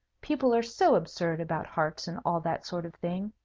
people are so absurd about hearts, and all that sort of thing!